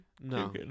no